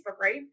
right